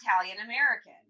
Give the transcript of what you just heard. Italian-American